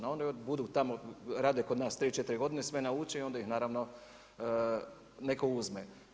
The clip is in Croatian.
No onda budu tamo, rade kod nas 3, 4 godine, sve nauče i onda ih naravno neko uzme.